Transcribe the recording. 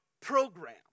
program